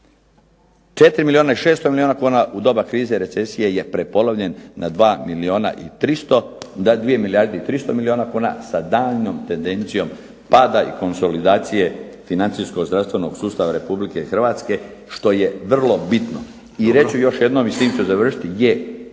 4 milijuna i 600 milijuna kuna u doba krize i recesije je prepolovljen na 2 milijuna i 300, 2 milijarde i 300 milijuna kuna sa daljnjom tendencijom pada i konsolidacije financijskog zdravstvenog sustava Republike Hrvatske što je vrlo bitno. I reći ću još jedno i s tim ću završiti. Je,